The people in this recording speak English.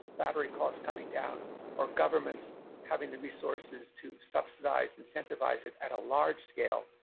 battery costs coming down or governments having the resources to subsidize, incentivize it at a large scale,